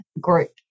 group